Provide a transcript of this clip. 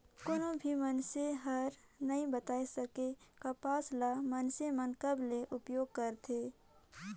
कोनो भी मइनसे हर नइ बता सके, कपसा ल मइनसे मन कब ले उपयोग करथे